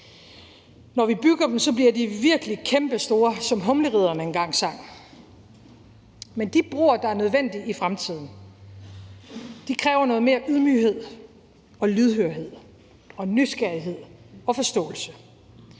Når vi bygger dem, bliver de virkelig kæmpestore, som Humleridderne engang sang. Men de broer, der er nødvendige i fremtiden, kræver noget mere ydmyghed og lydhørhed og nysgerrighed og forståelse,